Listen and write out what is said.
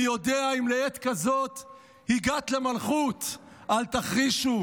"מי יודע אם לעת כזאת הגעת למלכות": אל תחרישו.